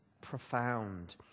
profound